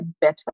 better